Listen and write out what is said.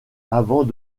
avant